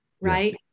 right